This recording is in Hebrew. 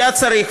היה צריך,